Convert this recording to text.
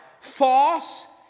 false